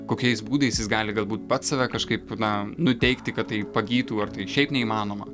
kokiais būdais jis gali galbūt pats save kažkaip na nuteikti kad tai pagytų ar tai šiaip neįmanoma